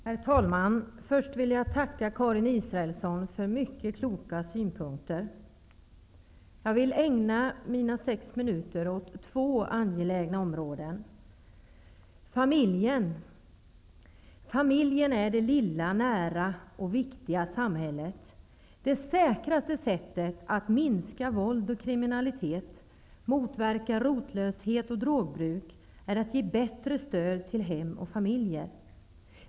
Herr talman! Först vill jag tacka Karin Israelsson för mycket kloka synpunkter. Jag vill ägna mina sex minuter åt två angelägna områden. Familjen är det lilla, nära och viktiga samhället. Det säkraste sättet att minska våld och kriminalitet, motverka rotlöshet och drogbruk är att ge bättre stöd till hem och familjer.